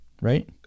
right